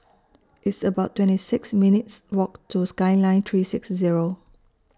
It's about twenty six minutes' Walk to Skyline three six Zero